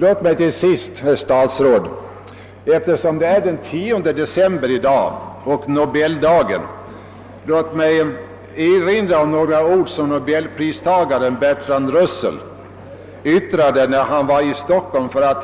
Låt mig till sist, herr statsrådet, eftersom det i dag är den 10 december och Nobeldagen, erinra om några ord som nobelpristagaren Bertrand Russell yttrade när han var i Stockholm för